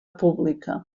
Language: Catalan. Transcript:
pública